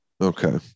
Okay